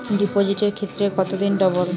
ডিপোজিটের ক্ষেত্রে কত দিনে ডবল?